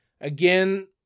Again